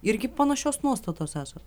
irgi panašios nuostatos esat